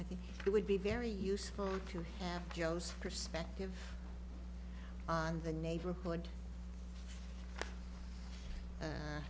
i think it would be very useful to have joe's perspective on the neighborhood